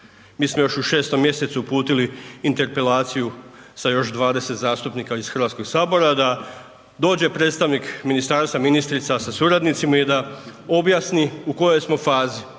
Mi smo još u 6. mjesecu uputili interpelaciju sa još 20 zastupnika iz HS da dođe predstavnik ministarstva, ministrica sa suradnicima i da objasni u kojoj smo fazi